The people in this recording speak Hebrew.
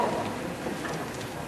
ההצעה להעביר את הצעת